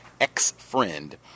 ex-friend